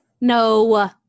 No